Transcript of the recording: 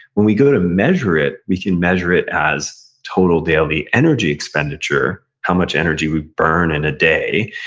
when we go to measure it, we can measure it as total daily energy expenditure, how much energy we burn in a day,